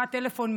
שיחת טלפון,